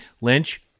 Lynch